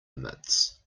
emits